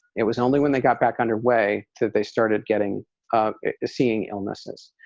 it was only when they got back under way that they started getting seeing illnesses.